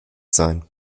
sein